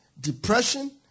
depression